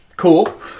Cool